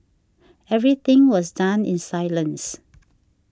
everything was done in silence